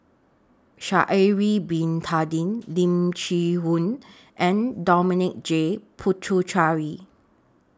Sha'Ari Bin Tadin Lim Chee Onn and Dominic J Puthucheary